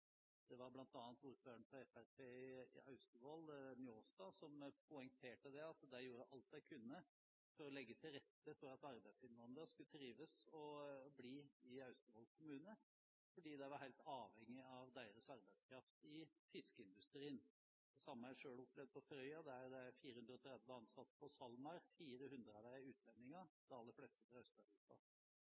Det var bl.a. ordføreren fra Fremskrittspartiet i Austevoll, Njåstad, som poengterte at de gjorde alt de kunne for å legge til rette for at arbeidsinnvandrere skulle trives og bli i Austevoll kommune, fordi de var helt avhengig av deres arbeidskraft i fiskeindustrien. Det samme har jeg selv opplevd på Frøya, der det er 430 ansatte på SalMar. 400 av dem er utlendinger, de aller fleste fra